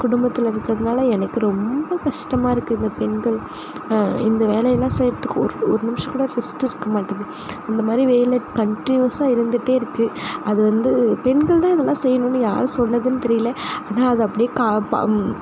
குடும்பத்தில் இருக்கிறதுனால எனக்கு ரொம்ப கஷ்டமாக இருக்குது இந்த பெண்கள் இந்த வேலையெல்லாம் செய்யறதுக்கு ஒரு ஒரு நிமிஷம் கூட ரெஸ்ட்டு இருக்க மாட்டேக்குது இந்த மாதிரி வேலை கண்டினிவஸ்ஸா இருந்துகிட்டே இருக்குது அது வந்து பெண்கள் தான் இதெல்லாம் செய்யணும்னு யார் சொன்னதுனு தெரியல ஆனால் அது அப்படியே